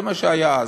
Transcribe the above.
זה מה שהיה אז.